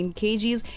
kgs